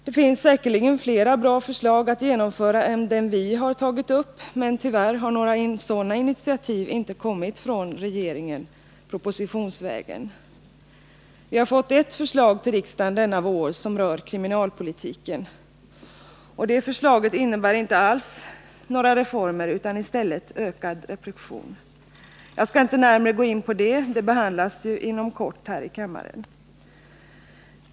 Det finns säkerligen flera bra förslag att genomföra än dem vi tagit upp, men tyvärr har några initiativ inte kommit från regeringen propositionsvägen. Vi har denna vår fått ett förslag till riksdagen som rör kriminalpolitiken, och det förslaget innebär inte alls några reformer, utan i stället ökad repression. Jag skall inte närmare gå in på det, eftersom det inom kort behandlas här i kammaren.